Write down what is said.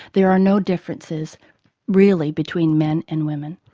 there are no differences really between men and women.